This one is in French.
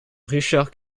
richard